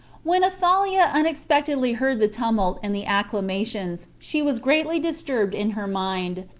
when athaliah unexpectedly heard the tumult and the acclamations, she was greatly disturbed in her mind,